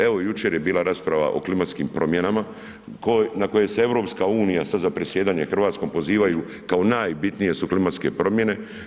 Evo jučer je bila rasprava o klimatskim promjenama na koje se EU sad za predsjedanje RH pozivaju kao najbitnije su klimatske promjene.